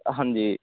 ਅ ਹਾਂਜੀ